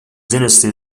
dynasty